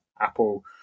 Apple